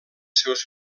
seus